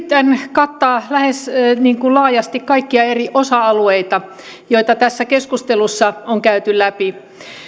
kattaa laajasti kaikkia eri osa alueita joita tässä keskustelussa on käyty läpi